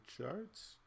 charts